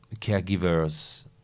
caregivers